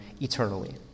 eternally